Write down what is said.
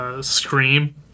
scream